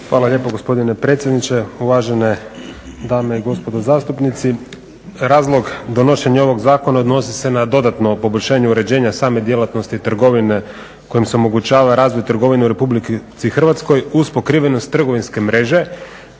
Hvala lijepo gospodine predsjedniče, uvažene dame i gospodo zastupnici. Razlog donošenja ovog zakona odnosi se na dodatno poboljšanje uređenja same djelatnosti trgovine kojom se omogućava razvoj trgovine u RH uz pokrivenost trgovinske mreže